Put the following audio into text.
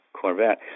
Corvette